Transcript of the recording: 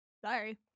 Sorry